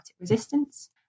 resistance